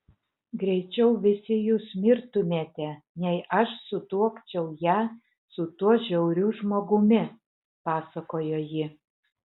greičiau visi jūs mirtumėte nei aš sutuokčiau ją su tuo žiauriu žmogumi pasakojo ji